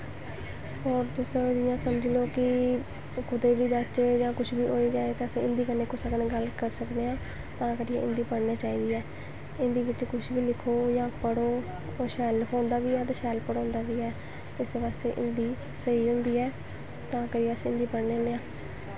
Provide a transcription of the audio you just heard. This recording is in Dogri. होर तुस इ'यां समझी लैओ कि कुतै बी जाच्चै जां कुछ बी होई जाए ते अस हिन्दी कन्नै कुसै कन्नै गल्ल करी सकने आं तां करियै हिन्दी पढ़नी चाहिदी ऐ हिन्दी बिच्च कुछ बी लिखो जां पढ़ो ओह् शैल लखोंदा बी ऐ ते शैल पढ़ोंदा बी ऐ इस बास्तै हिन्दी स्हेई होंदी ऐ तां करियै अस हिन्दी पढ़ने होन्ने आं